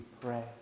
pray